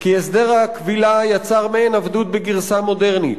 כי הסדר הכבילה יצר מעין עבדות בגרסה מודרנית.